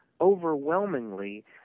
overwhelmingly